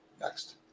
Next